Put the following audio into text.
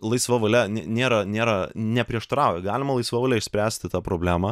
laisva valia nėra nėra neprieštarauja galima laisva valia išspręsti tą problemą